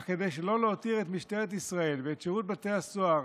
אך כדי שלא להותיר את משטרת ישראל ואת שירות בתי הסוהר